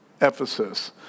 Ephesus